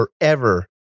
forever